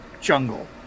Jungle